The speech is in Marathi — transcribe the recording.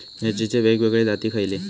मिरचीचे वेगवेगळे जाती खयले?